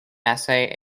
essay